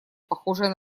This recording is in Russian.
похожая